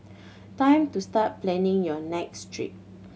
time to start planning your next trip